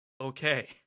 Okay